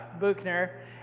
buchner